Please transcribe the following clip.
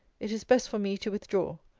it is best for me to withdraw.